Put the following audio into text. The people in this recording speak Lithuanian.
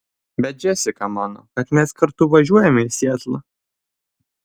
bet džesika mano kad mes kartu važiuojame į sietlą